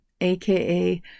aka